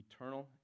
eternal